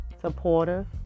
supportive